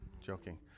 Joking